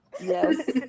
yes